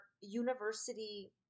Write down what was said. university